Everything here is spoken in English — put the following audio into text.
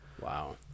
Wow